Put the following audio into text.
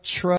trust